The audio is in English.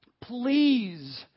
Please